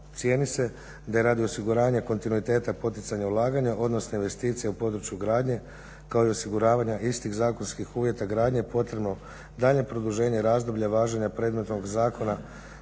Cijeni se da je radi osiguranja kontinuiteta poticanja ulaganja, odnosno investicija u području gradnje, kao i osiguravanja istih zakonskih uvjeta gradnje potrebno daljnje produženje razdoblja važenja predmetnog zakona